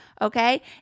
okay